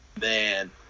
man